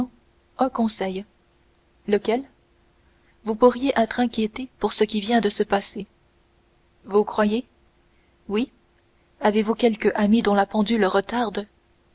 un conseil lequel vous pourriez être inquiété pour ce qui vient de se passer vous croyez oui avez-vous quelque ami dont la pendule retarde